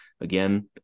Again